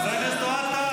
חבר הכנסת אוהד טל,